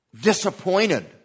disappointed